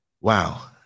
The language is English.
wow